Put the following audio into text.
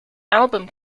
album